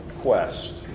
quest